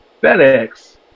FedEx